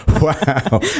Wow